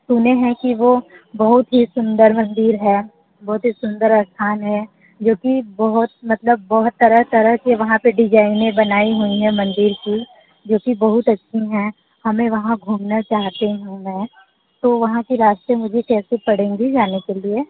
सुने हैं कि वो बहुत ही सुंदर मंदिर है बहुत ही सुंदर स्थान है जो की बहुत मतलब बहुत तरह तरह के वहाँ पे डिजाइनें बनाई हुई हैं मंदिर की जो की बहुत अच्छी हैं हमें वहाँ घूमना चाहती हूँ मैं तो वहाँ के रास्ते मुझे कैसे पड़ेंगे जाने के लिए